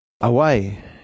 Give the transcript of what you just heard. Away